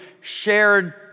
shared